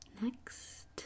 Next